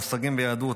מושגים ביהדות,